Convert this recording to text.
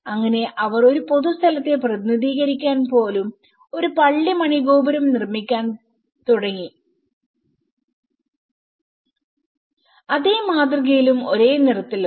അങ്ങനെ അവർ ഒരു പൊതുസ്ഥലത്തെ പ്രതിനിധീകരിക്കാൻ ഒരു പള്ളി മണി ഗോപുരം നിർമ്മിക്കാൻ തുടങ്ങി അതേ മാതൃകയിലും ഒരേ നിറത്തിലും